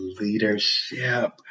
leadership